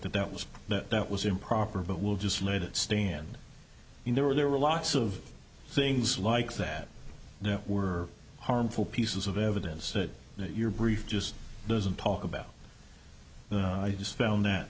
that that was that that was improper but we'll just let it stand there were there were lots of things like that there were harmful pieces of evidence that your brief just doesn't talk about i just found that